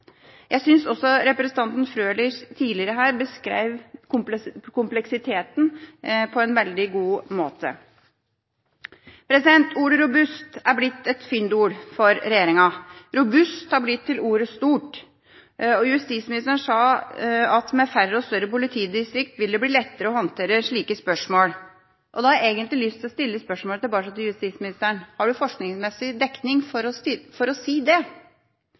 Jeg synes også representanten Frølich tidligere beskrev kompleksiteten på en veldig god måte. Ordet «robust» er blitt et fyndord for regjeringa: Robust har blitt til ordet «stort». Justisministeren sa at med færre og større politidistrikt vil det bli lettere å håndtere slike spørsmål, og da har jeg egentlig lyst til å stille spørsmålet tilbake til justisministeren: Har han forskriftsmessig dekning for å si det? Jeg har lyst til å